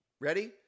Ready